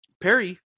Perry